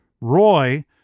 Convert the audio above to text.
Roy